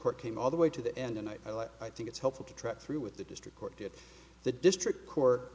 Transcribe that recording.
court came all the way to the end and i think it's helpful to trek through with the district court did the district court